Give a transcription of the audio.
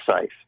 safe